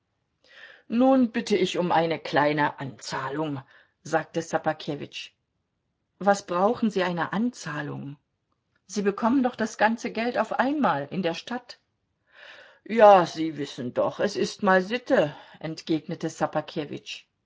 nun bitte ich um eine kleine anzahlung sagte ssobakewitsch was brauchen sie eine anzahlung sie bekommen doch das ganze geld auf einmal in der stadt ja sie wissen doch es ist mal sitte entgegnete